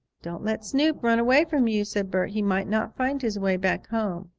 don't let snoop run away from you, said bert. he might not find his way back home.